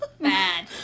Bad